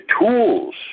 tools